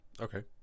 okay